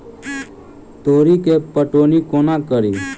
तोरी केँ पटौनी कोना कड़ी?